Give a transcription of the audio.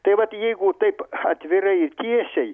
tai vat jeigu taip atvirai ir tiesiai